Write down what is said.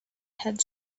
had